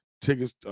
Tickets